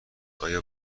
آیا